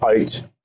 out